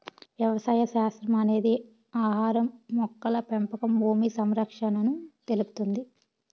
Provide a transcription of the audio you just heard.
వ్యవసాయ శాస్త్రం అనేది ఆహారం, మొక్కల పెంపకం భూమి సంరక్షణను తెలుపుతుంది